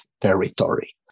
territory